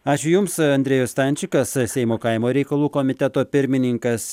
ačiū jums andriejus stančikas seimo kaimo reikalų komiteto pirmininkas ir